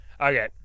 okay